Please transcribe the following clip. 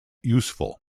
useful